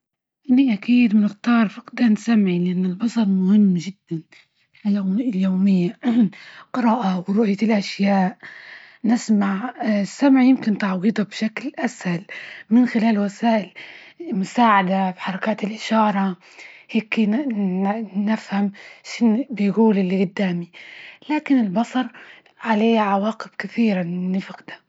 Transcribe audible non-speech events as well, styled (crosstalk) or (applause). أني أكيد بنختار فقدان سمعي، لأن البصر مهم جدا. الحياة اليومية قراءة ورؤية الأشياء، نسمع (hesitation) السمع يمكن تعويضه بشكل أسهل من خلال وسائل مساعدة في حركات الإشارة، هيكي ن- نفهم شن بيجول إللي جدامى، لكن البصر عليه عواقب كثيرة نفجده.